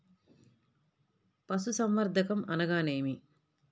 పశుసంవర్ధకం అనగానేమి?